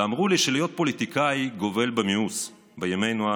ואמרו לי שלהיות פוליטיקאי גובל במיאוס בימינו אנו,